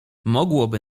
mogłoby